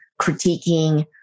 critiquing